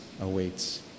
awaits